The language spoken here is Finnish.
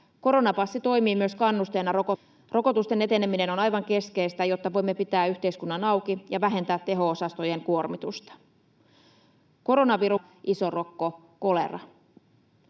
koronapotilaista on rokottamattomia. Rokotusten eteneminen on aivan keskeistä, jotta voimme pitää yhteiskunnan auki ja vähentää teho-osastojen kuormitusta. Koronaviruksesta ja